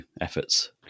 efforts